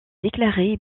déclaré